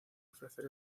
ofrecer